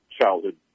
childhood